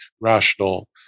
rational